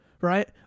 right